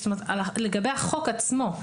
זאת אומרת, לגבי החוק עצמו.